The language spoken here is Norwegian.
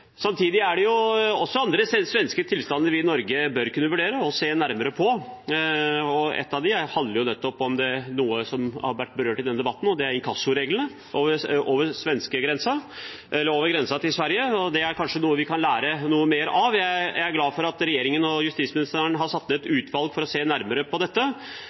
Samtidig er det andre svenske tilstander vi i Norge bør kunne vurdere å se nærmere på. Det handler nettopp om noe som har vært berørt i denne debatten, og det er inkassoreglene over grensen, i Sverige. Det er kanskje noe vi kan lære mer av. Jeg er glad for at regjeringen og justisministeren har satt ned et utvalg for å se nærmere på dette,